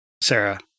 Sarah